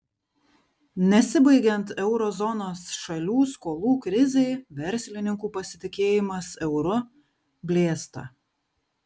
nesibaigiant euro zonos šalių skolų krizei verslininkų pasitikėjimas euru blėsta